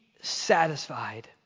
satisfied